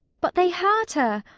but they hurt her.